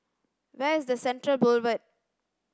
where is Central Boulevard